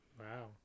wow